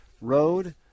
Road